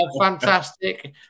Fantastic